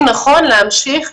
או שזה לא חשוב לדעת, צריך לנחש.